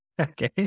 Okay